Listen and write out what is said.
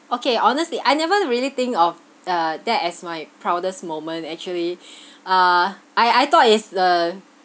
okay honestly I never really think of uh that as my proudest moment actually uh I I thought is the